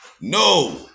No